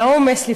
מהעומס,